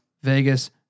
Vegas